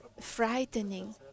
frightening